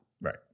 right